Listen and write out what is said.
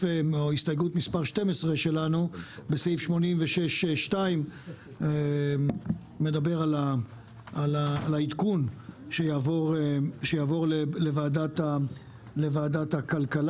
הסתייגות מספר 12 שלנו בסיף 86 2 מדבר על העדכון שיעבור לוועדת הכלכלה,